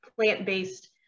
plant-based